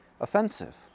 offensive